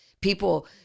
people